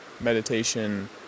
meditation